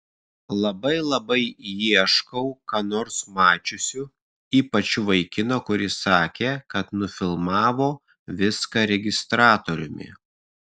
labai labai ieškau ką nors mačiusių ypač vaikino kuris sakė kad nufilmavo viską registratoriumi